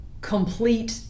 complete